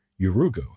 Urugu